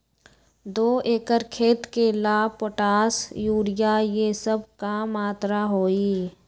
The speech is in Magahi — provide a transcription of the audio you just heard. दो एकर खेत के ला पोटाश, यूरिया ये सब का मात्रा होई?